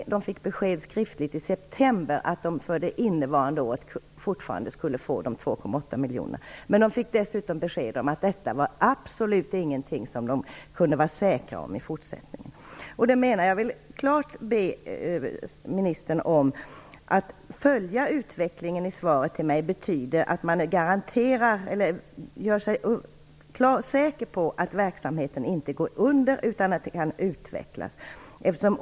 I Luleå fick man skriftligt besked i september om att man under det innevarande året fortfarande skulle få de 2,8 miljonerna. Man fick dessutom beskedet att detta var absolut inte någonting som man kunde vara säker på i fortsättningen. Enligt svaret till mig skall ministern följa utvecklingen. Betyder det att det görs säkert att verksamheten inte går under utan att den kan utvecklas?